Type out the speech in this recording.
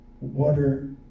water